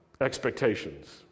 expectations